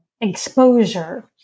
exposure